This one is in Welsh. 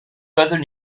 byddwn